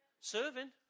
serving